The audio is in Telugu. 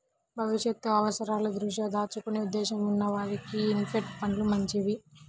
భవిష్యత్తు అవసరాల దృష్ట్యా దాచుకునే ఉద్దేశ్యం ఉన్న వారికి ఇన్వెస్ట్ ఫండ్లు మంచివి